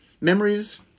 memories